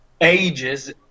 ages